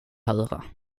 höra